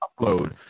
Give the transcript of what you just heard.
upload